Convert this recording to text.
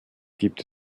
gibt